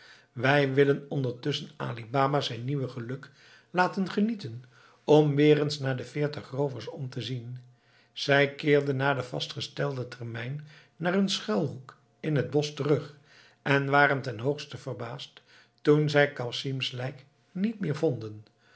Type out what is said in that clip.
wij willen ondertusschen ali baba zijn nieuwe geluk laten genieten om weer eens naar de veertig roovers om te zien zij keerden na den vastgestelden termijn naar hun schuilhoek in het bosch terug en waren ten hoogste verbaasd toen zij casim's lijk niet meer vonden